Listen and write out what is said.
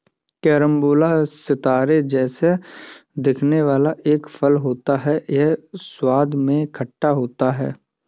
carambola सितारे जैसा दिखने वाला एक फल होता है यह स्वाद में खट्टा होता है